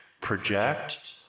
project